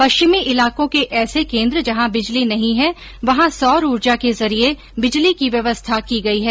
पश्चिमी इलाकों के ऐसे केन्द्र जहां बिजली नहीं है वहां सौर ऊर्जा के जरिए बिजली की व्यवस्था की गई है